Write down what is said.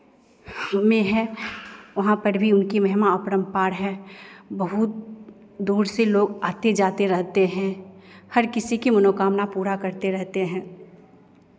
हममे है वहां पर भी उनकी महिमा अपरम्पार है बहुत दूर से लोग आते जाते रहते हैं हर किसी की मनोकामना पूरा करते रहते हैं